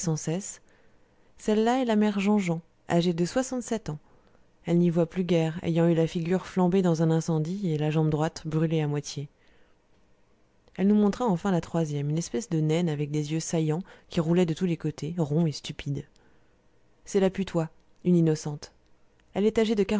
celle-là est la mère jean jean âgée de soixante-sept ans elle n'y voit plus guère ayant eu la figure flambée dans un incendie et la jambe droite brûlée à moitié elle nous montra enfin la troisième une espèce de naine avec des yeux saillants qui roulaient de tous les côtés ronds et stupides c'est la putois une innocente elle est âgée de